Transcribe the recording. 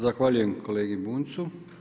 Zahvaljujem kolegi Bunjcu.